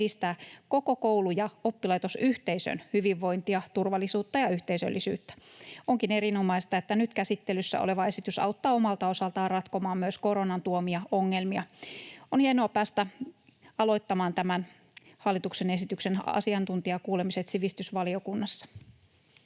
edistää koko koulu‑ ja oppilaitosyhteisön hyvinvointia, turvallisuutta ja yhteisöllisyyttä. Onkin erinomaista, että nyt käsittelyssä oleva esitys auttaa omalta osaltaan ratkomaan myös koronan tuomia ongelmia. On hienoa päästä aloittamaan tämän hallituksen esityksen asiantuntijakuulemiset sivistysvaliokunnassa.